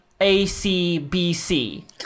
A-C-B-C